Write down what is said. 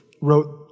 wrote